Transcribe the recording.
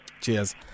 Cheers